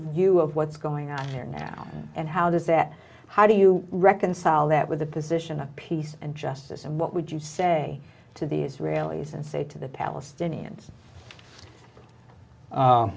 view of what's going on there now and how does that how do you reconcile that with the position of peace and justice and what would you say to the israelis and say to the palestinians